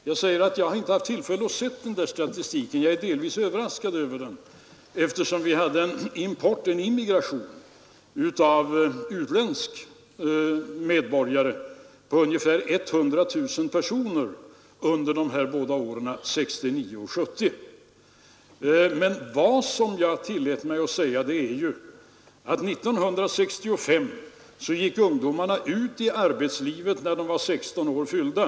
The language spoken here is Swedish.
Jag säger att jag har inte haft tillfälle att se den där statistiken jag är delvis överraskad av den, eftersom vi hade en immigration på ungefär 100 000 personer under de båda åren 1969 och 1970. Men vad jag tillåter mig att säga är att 1965 gick ungdomarna ut i arbetslivet när de var 16 år fyllda.